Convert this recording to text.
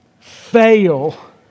fail